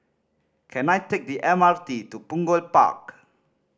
can I take the M R T to Punggol Park